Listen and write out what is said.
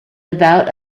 about